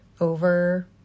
over